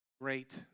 great